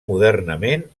modernament